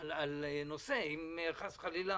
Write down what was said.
על נושא, אם חס וחלילה